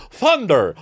thunder